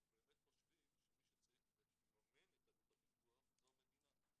אנחנו באמת חושבים שמי שצריך לממן את עלות הביטוח זו המדינה.